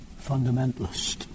fundamentalist